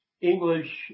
English